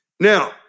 Now